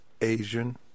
Asian